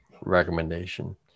recommendation